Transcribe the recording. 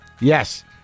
yes